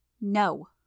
No